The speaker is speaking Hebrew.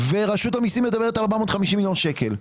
ורשות המיסים מדברת על 450 מיליון שקל.